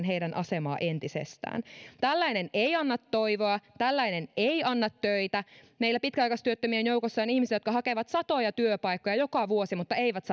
heidän asemaansa entisestään tällainen ei anna toivoa tällainen ei anna töitä meillä pitkäaikaistyöttömien joukossa on ihmisiä jotka hakevat satoja työpaikkoja joka vuosi mutta eivät